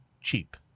cheap